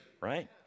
right